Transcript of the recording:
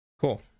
Cool